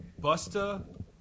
Busta